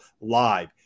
live